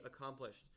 accomplished